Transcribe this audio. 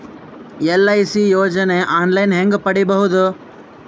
LIC ಯೋಜನೆ online ಹೇಂಗ ಪಡಿಬಹುದು?